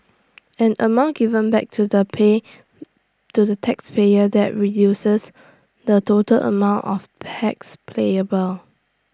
an amount given back to the pay to the taxpayers that reduces the total amount of tax playable